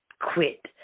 quit